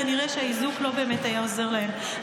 כנראה שהאיזוק לא באמת היה עוזר להן,